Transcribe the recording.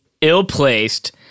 ill-placed